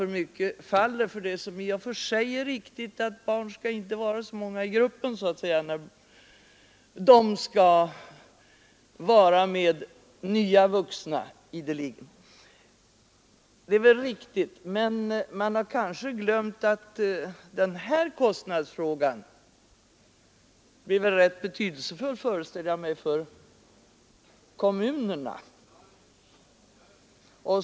Om man nu faller för det som i och för sig är riktigt, nämligen att det inte bör vara så många barn i gruppen när de måste vara tillsammans med nya vuxna ideligen, har man kanske glömt att den här kostnadsfrågan blir rätt betydelsefull för kommunerna.